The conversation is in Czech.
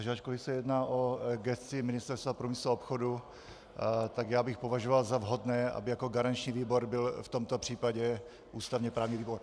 Takže ačkoliv se jedná o gesci Ministerstva průmyslu a obchodu, tak bych považoval za vhodné, aby jako garanční výbor byl v tomto případě ústavněprávní výbor.